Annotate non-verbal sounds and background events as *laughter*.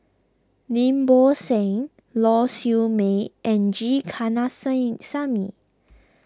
Lim Bo Seng Lau Siew Mei and G *unintelligible*